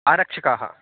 आरक्षकाः